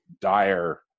dire